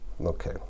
Okay